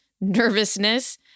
nervousness